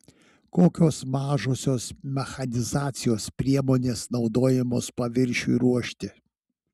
kokios mažosios mechanizacijos priemonės naudojamos paviršiui ruošti